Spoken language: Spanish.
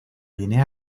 guinea